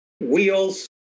Wheels